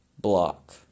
block